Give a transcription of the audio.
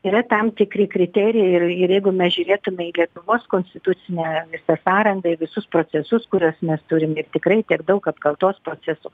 yra tam tikri kriterijai ir ir jeigu mes žiūrėtume į lietuvos konstitucinę visą sąrangą ir visus procesus kuriuos mes turim ir tikrai tiek daug apkaltos procesų